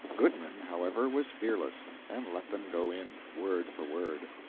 goodman, however, was fearless, and let them go in, word for word.